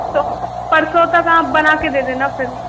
तो परसों तक आप बना के दे देना फिर